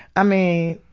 i mean.